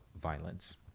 violence